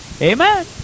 Amen